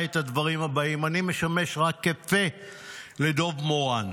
את הדברים הבאים" אני משמש רק כפה לדב מורן,